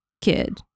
kid